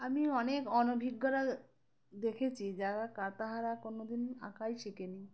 আমি অনেক অনভিজ্ঞরা দেখেছি যারা কাতাহারা কোনো দিন আঁকাই শেখেনি